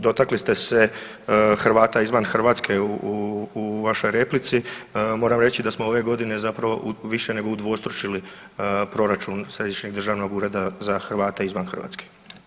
Dotakli ste se Hrvata izvan Hrvatske u vašoj replici, moram reći da smo ove godine zapravo više nego udvostručili proračun Središnjeg državnog ureda za Hrvate izvan Hrvatske.